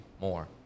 more